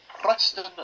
Preston